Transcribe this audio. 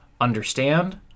understand